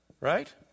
right